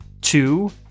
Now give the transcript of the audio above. Two